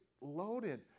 loaded